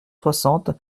soixante